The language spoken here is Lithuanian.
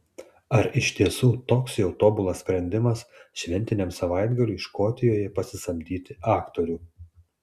ar iš tiesų toks jau tobulas sprendimas šventiniam savaitgaliui škotijoje pasisamdyti aktorių